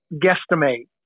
guesstimate